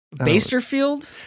Basterfield